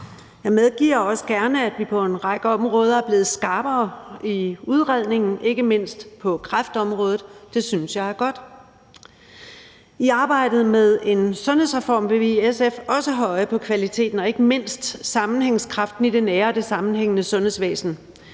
Jeg medgiver også gerne, at vi på en række områder er blevet skarpere i udredningen, ikke mindst på kræftområdet, og det synes jeg er godt. I arbejdet med en sundhedsreform vil vi i SF også have øje på kvaliteten og ikke mindst sammenhængskraften i det nære og det sammenhængende sundhedsvæsen.